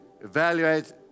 evaluate